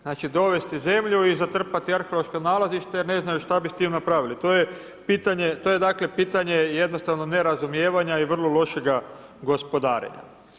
Znači, dovesti zemlju i zatrpati arheološko nalazište jer ne znaju šta bi s tim napravili, to je pitanje jednostavno nerazumijevanja i vrlo lošega gospodarenja.